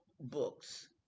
books